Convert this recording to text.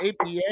apa